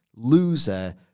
loser